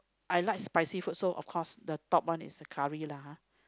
I like spicy food so of course the top one is the curry lah !huh!